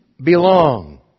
belong